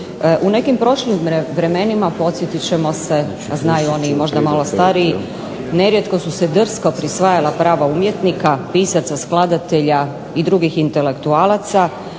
U nekim prošlim vremenima podsjetit ćemo se, a znaju oni možda malo stariji, nerijetko su se drsko prisvajala prava umjetnika, pisaca, skladatelja i drugih intelektualaca,